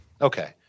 Okay